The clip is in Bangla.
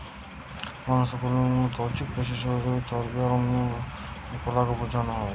মাংস কইতে মুলত ঐছিক পেশি, সহযোগী চর্বী আর অন্যান্য কলাকে বুঝানা হয়